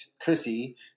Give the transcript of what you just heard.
Chrissy